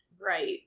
right